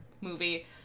movie